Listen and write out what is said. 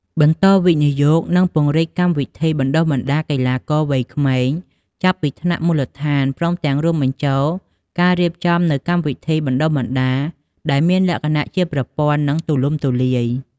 បន្តវិនិយោគ និងពង្រីកកម្មវិធីបណ្តុះបណ្តាលកីឡាករវ័យក្មេងចាប់ពីថ្នាក់មូលដ្ឋាន ព្រមទាំងរួមបញ្ចូលការរៀបចំនូវកម្មវិធីបណ្តុះបណ្តាលដែលមានលក្ខណៈជាប្រព័ន្ធ និងទូលំទូលាយ។